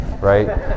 right